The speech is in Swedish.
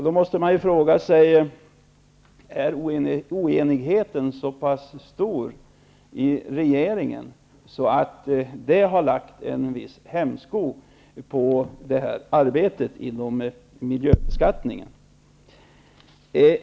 Då måste man ju fråga sig: Är oenigheten så stor i regeringen att det har lagt en viss hämsko på arbetet med miljöbeskattningen?